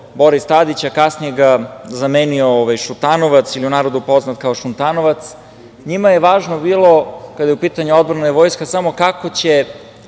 Boris Tadić, a kasnije ga zamenio Šutanovac, u narodu poznat kao šuntanovac, njima je važno bilo kada su u pitanju odbrana i vojska samo kako će